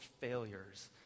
failures